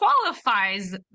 qualifies